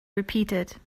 repeated